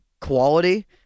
quality